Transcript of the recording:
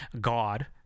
God